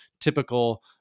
typical